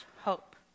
hope